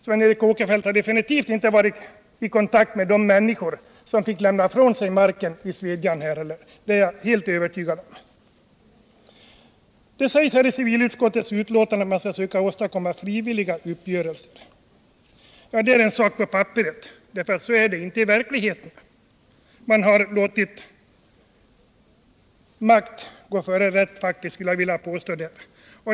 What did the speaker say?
Sven Eric Åkerfeldt har i så fall definitivt inte kunnat vara i kontakt med de människor som fick lämna ifrån sig mark i Svedjan, det är jag helt övertygad om! Det sägs I civilutskottets betänkande att man skall försöka åstadkomma frivilliga uppgörelser. Ja, detta är en sak som ser bra ut på papperet, men så är det inte i verkligheten. Man har låtit makt gå före rätt, skulle jag vilja påstå.